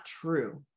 true